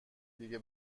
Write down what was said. دیگه